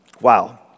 wow